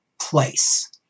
place